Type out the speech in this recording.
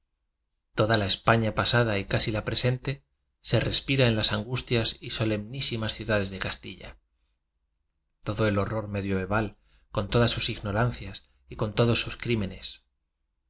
toda la asa da y casi la presente se respira en las angustias y solemnísimas ciudades todar ilia d el horror medioeval con ms sus inorancias y con todos sus críirm